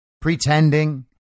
pretending